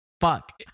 fuck